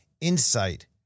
insight